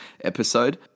episode